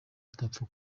atapfa